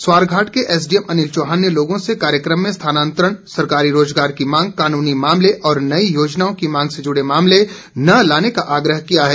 स्वारघाट के एसडीएम अनिल चौहान ने लोगों से कार्यक्रम में स्थानांतरण सरकारी रोजगार की मांग कानूनी मामले और नई योजनाओं की मांग से जुड़े मामले न लाने का आग्रह किया है